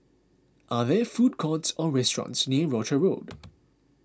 are there food courts or restaurants near Rochor Road